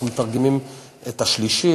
אנחנו מתרגמים את השלישי.